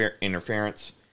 interference